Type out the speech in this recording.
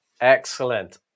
Excellent